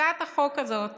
הצעת החוק הזאת